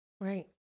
Right